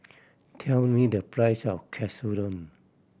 tell me the price of Katsudon